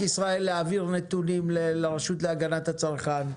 ישראל להעביר נתונים לרשות להגנת הצרכן?